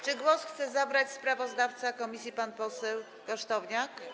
Czy głos chce zabrać sprawozdawca komisji pan poseł Kosztowniak?